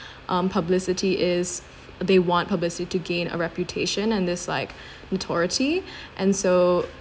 um publicity is they want publicity to gain a reputation and this like notoriety and so